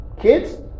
kids